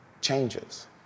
changes